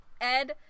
Ed